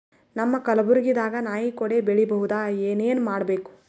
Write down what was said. ನಮ್ಮ ಕಲಬುರ್ಗಿ ದಾಗ ನಾಯಿ ಕೊಡೆ ಬೆಳಿ ಬಹುದಾ, ಏನ ಏನ್ ಮಾಡಬೇಕು?